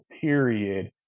period